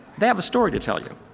they have a story to tell you.